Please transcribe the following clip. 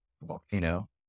volcano